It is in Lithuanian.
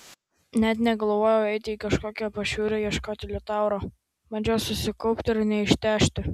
net negalvojau eiti į kažkokią pašiūrę ieškoti liutauro bandžiau susikaupti ir neištežti